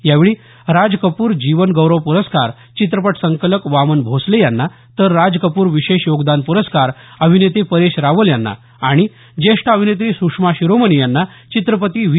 यावेळी राज कपूर जीवनगौरव पूरस्कार चित्रपट संकलक वामन भोसले यांना तर राज कपूर विशेष योगदान पूरस्कार अभिनेते परेश रावल यांना आणि ज्येष्ठ अभिनेत्री सुषमा शिरोमणी यांना चित्रपती व्ही